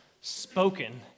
spoken